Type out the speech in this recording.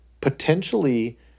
potentially